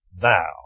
thou